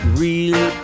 real